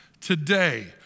today